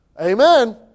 Amen